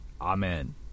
Amen